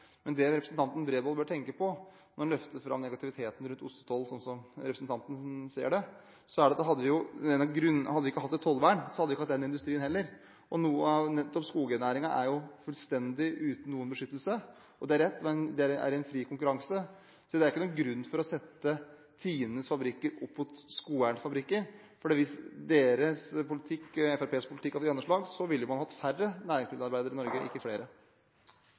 Det representanten Bredvold bør tenke på når han løfter fram negativiteten rundt ostetoll – som representanten ser det – er at hadde vi ikke hatt et tollvern, hadde vi ikke hatt den industrien heller. Noe av nettopp skognæringen er fullstendig uten beskyttelse. Det er rett, men det er fri konkurranse. Det er ikke noen grunn til å sette TINEs fabrikker opp mot skogeiernes fabrikker, for hadde Fremskrittspartiets politikk fått gjennomslag, ville man hatt færre næringsmiddelarbeidere i Norge – ikke flere.